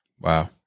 Wow